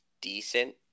decent